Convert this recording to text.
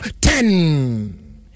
Ten